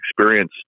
experience